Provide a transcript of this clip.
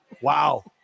wow